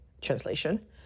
translation